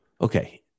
Okay